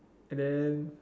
then